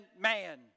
man